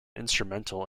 instrumental